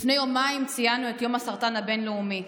לפני יומיים ציינו את יום הסרטן הבין-לאומי.